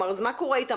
מה קורה איתם?